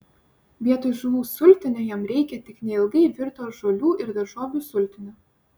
vietoj žuvų sultinio jam reikia tik neilgai virto žolių ir daržovių sultinio